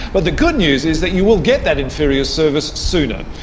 but the good news is that you will get that inferior service sooner.